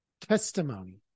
Testimony